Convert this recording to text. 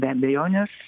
be abejonės